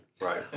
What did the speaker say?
right